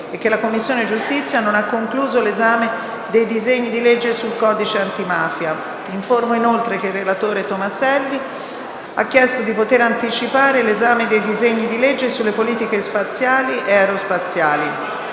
e che la Commissione giustizia non ha concluso l'esame dei disegni di legge sul codice antimafia. Informo inoltre che il relatore Tomaselli ha chiesto di poter anticipare l'esame dei disegni di legge sulle politiche spaziali e aerospaziali.